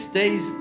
days